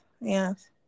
yes